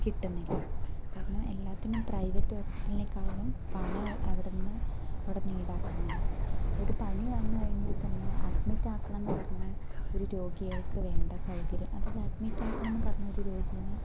കിട്ടുന്നില്ല കാരണം എല്ലാത്തിനും പ്രൈവറ്റ് ഹോസ്പിറ്റലിനേക്കാളും പണം അവിടുന്ന് അവിടുന്ന് ഈടാക്കുന്നുണ്ട് ഒരു പനി വന്ന് കഴിഞ്ഞാൽ തന്നെ അഡ്മിറ്റ് ആക്കണമെന്ന് പറഞ്ഞു ഒരു രോഗികൾക്ക് വേണ്ട സൗകര്യം അതും അഡ്മിറ്റാക്കണന്ന് പറഞ്ഞ രോഗിനെ